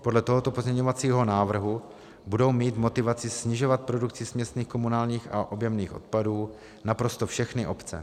Podle tohoto pozměňovacího návrhu budou mít motivaci snižovat produkci směsných komunálních a objemných odpadů naprosto všechny obce.